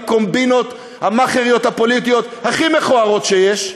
הקומבינות המאכעריות הפוליטיות הכי מכוערות שיש.